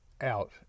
out